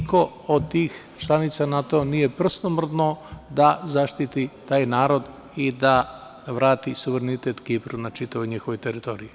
Niko od tih članica NATO nije prstom mrdnuo da zaštiti taj narod i da vrati suverenitet Kipru na čitavoj njihovoj teritoriji.